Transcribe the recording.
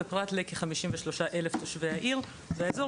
ופרט לכ-53,000 תושבי העיר והאזור,